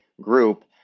group